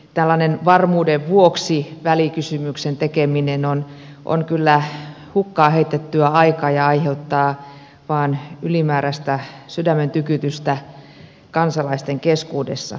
tällainen varmuuden vuoksi välikysymyksen tekeminen on kyllä hukkaan heitettyä aikaa ja aiheuttaa vain ylimääräistä sydämentykytystä kansalaisten keskuudessa